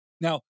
now